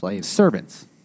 servants